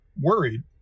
worried